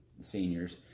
seniors